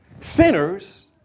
Sinners